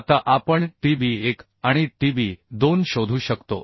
आता आपण Tdb 1 आणि Tdb2 शोधू शकतो